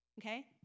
Okay